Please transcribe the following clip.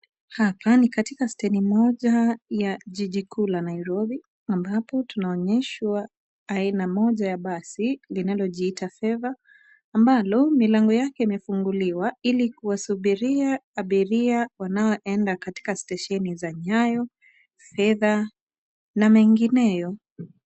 Hapa ni katika steni moja ya jiji kuu la Nairobi ambapo tunaonyeshwa aina moja ya basi linalojiitw, favour, ambalo milango yake imefunguliwa ili kuwasubuiria abiria wanaoenda katika stesheni za nyayo, fedha na mengineyo.